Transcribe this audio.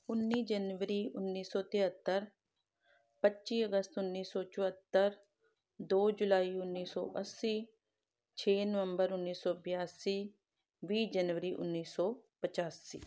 ਉੱਨੀ ਜਨਵਰੀ ਉੱਨੀ ਸੌ ਤਿਹੱਤਰ ਪੱਚੀ ਅਗਸਤ ਉੱਨੀ ਸੌ ਚੁਹੱਤਰ ਦੋ ਜੁਲਾਈ ਉੱਨੀ ਸੌ ਅੱਸੀ ਛੇ ਨਵੰਬਰ ਉੱਨੀ ਸੌ ਬਿਆਸੀ ਵੀਹ ਜਨਵਰੀ ਉੱਨੀ ਸੌ ਪਚਾਸੀ